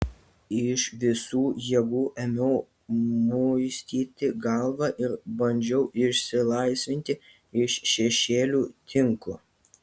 iš visų jėgų ėmiau muistyti galvą ir bandžiau išsilaisvinti iš šešėlių tinklo